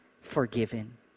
forgiven